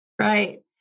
Right